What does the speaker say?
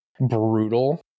brutal